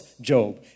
Job